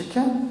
שכן.